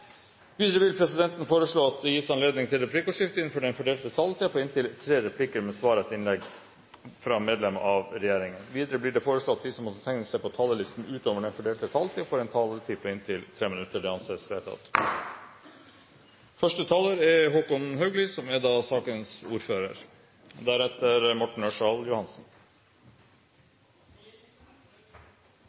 Videre vil presidenten foreslå at det ikke gis anledning til replikkordskifte. Videre blir det foreslått at de som måtte tegne seg på talerlisten utover den fordelte taletid, får en taletid på inntil 3 minutter. – Det anses vedtatt. Første taler er representanten Svein Harberg, som er sakens ordfører.